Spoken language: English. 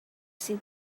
see